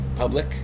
public